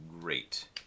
great